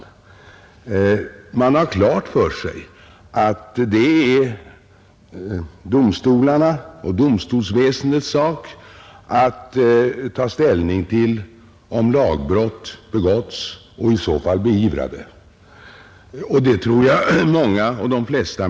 De allra flesta har klart för sig att det är domstolsväsendets sak att ta ställning till om lagbrott begåtts och i så fall beivra det.